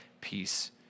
peace